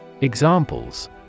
Examples